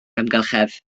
amgylchedd